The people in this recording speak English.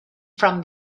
from